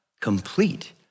complete